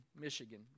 Michigan